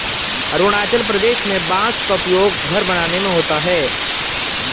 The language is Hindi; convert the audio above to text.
अरुणाचल प्रदेश में बांस का उपयोग घर बनाने में होता है